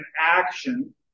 action